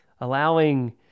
Allowing